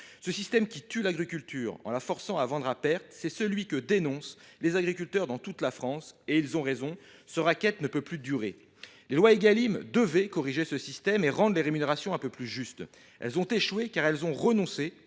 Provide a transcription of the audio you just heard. ce système, qui tue l’agriculture en la forçant à vendre à perte, que dénoncent les agriculteurs dans toute la France. Ils ont raison : ce racket ne peut plus durer ! Les lois Égalim devaient corriger ce système et rendre les rémunérations un peu plus justes. Elles ont échoué, parce qu’elles ont renoncé